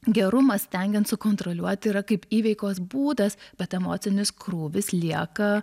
gerumas stengiant sukontroliuoti yra kaip įveikos būdas bet emocinis krūvis lieka